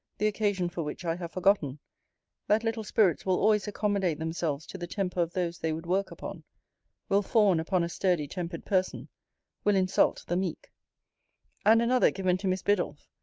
the occasion for which i have forgotten that little spirits will always accommodate themselves to the temper of those they would work upon will fawn upon a sturdy-tempered person will insult the meek and another given to miss biddulph,